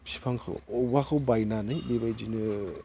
बिफांखौ औवाखौ बायनानै बेबायदिनो